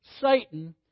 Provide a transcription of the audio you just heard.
Satan